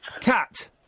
Cat